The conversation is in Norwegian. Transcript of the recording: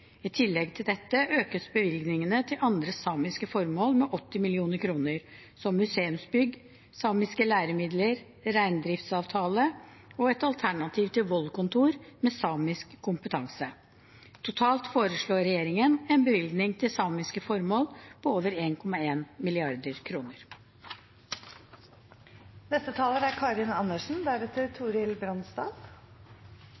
I tillegg til dette økes bevilgningene til andre samiske formål med 80 mill. kr, som museumsbygg, samiske læremidler, reindriftsavtale og et Alternativ til vold-kontor med samisk kompetanse. Totalt foreslår regjeringen en bevilgning til samiske formål på over